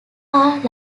are